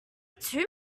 too